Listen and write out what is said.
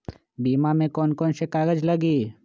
बीमा में कौन कौन से कागज लगी?